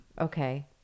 Okay